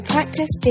Practice